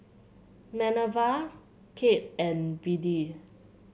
Minerva Kade and Biddie